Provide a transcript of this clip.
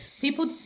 people